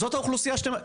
זו האוכלוסייה.